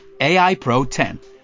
AIPRO10